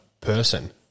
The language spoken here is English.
person